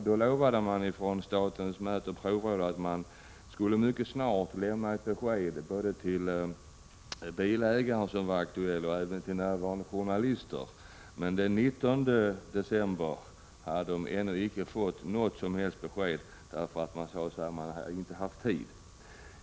Då lovade statens mätoch provråd att mycket snart lämna ett besked både till den aktuelle bilägaren och närvarande journalister. Men den 19 december hade de ännu icke fått något som helst besked därför att man sade sig inte ha haft tid.